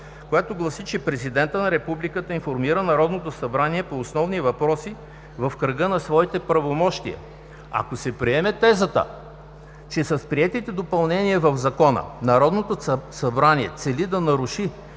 която гласи, че „Президентът на Републиката информира Народното събрание по основни въпроси в кръга на своите правомощия“. Ако се приеме тезата, че с приетите допълнения в Закона Народното събрание целѝ да наруши